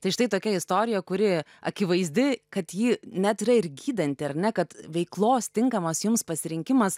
tai štai tokia istorija kuri akivaizdi kad ji net yra ir gydanti ar ne kad veiklos tinkamas jums pasirinkimas